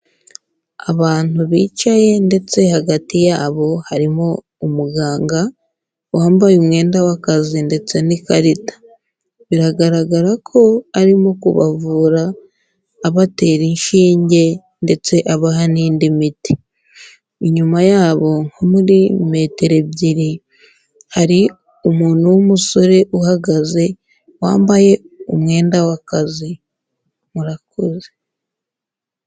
Abantu bicaye ndetse hagati yabo harimo umuganga, wambaye umwenda w'akazi ndetse n'ikarita, biragaragara ko arimo kubavura abatera inshinge ndetse abaha n'indi miti, inyuma yabo nko muri metero ebyiri, hari umuntu w'umusore uhagaze wambaye umwenda w'akazi, murakoze.